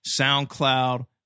SoundCloud